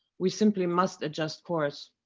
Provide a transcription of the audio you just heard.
we simply must adjust course.